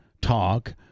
talk